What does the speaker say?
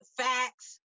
facts